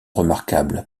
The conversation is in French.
remarquable